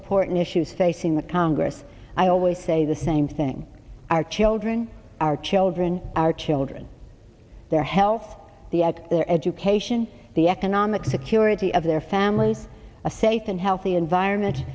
important issues facing the congress i always say the same thing our children our children our children their health the act their education the economic security of their families a safe and healthy environment